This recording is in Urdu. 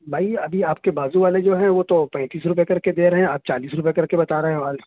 بھائی ابھی آپ کے بازو والے جو ہیں وہ تو پینتیس روپیے کر کے دے رہے ہیں آپ چالیس روپیے کر کے بتا رہے ہو آج